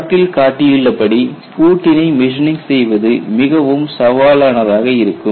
படத்தில் காட்டியுள்ள படி பூட்டினை மெஷினிங் செய்வது மிகவும் சவாலானதாக இருக்கும்